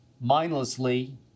mindlessly